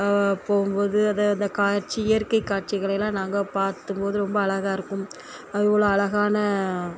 போகும் போது அதை அந்த காட்சி இயற்கை காட்சிகளை எல்லாம் நாங்கள் பார்த்தும் போது ரொம்ப அழகா இருக்கும் அது உள்ள அழகான